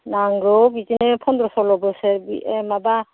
नांगौ बिदिनो पन्द्र सरल' बोसोर माबा